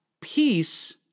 peace